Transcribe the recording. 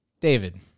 David